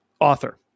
author